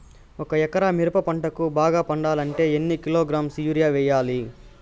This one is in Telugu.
ఒక ఎకరా మిరప పంటకు బాగా పండాలంటే ఎన్ని కిలోగ్రామ్స్ యూరియ వెయ్యాలి?